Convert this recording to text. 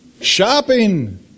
shopping